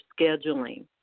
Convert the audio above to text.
scheduling